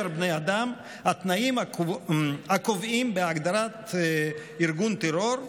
בני אדם" התנאים הקבועים בהגדרת "ארגון טרור"